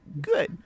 good